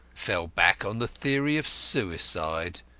fell back on the theory of suicide.